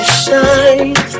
shine